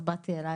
אז באתי אליך.